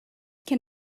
can